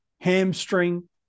hamstring